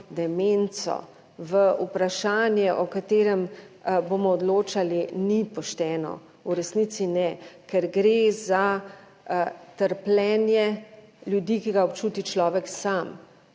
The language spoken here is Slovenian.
demenco, v vprašanje, o katerem bomo odločali, ni pošteno. V resnici ne, ker gre za trpljenje ljudi, ki ga občuti človek sam.